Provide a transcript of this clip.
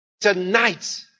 tonight